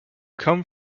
come